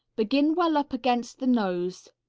begin well up against the nose,